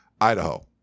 Idaho